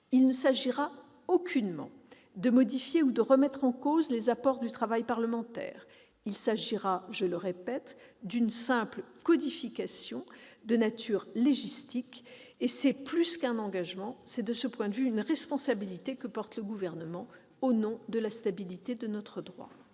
Il ne s'agit aucunement de modifier ou de remettre en cause les apports du travail parlementaire. Il s'agit, encore une fois, d'une simple codification de nature légistique : plus qu'un engagement, c'est une responsabilité que porte le Gouvernement au nom de la stabilité de notre droit.